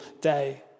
day